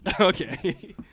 Okay